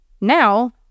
Now